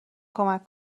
کمک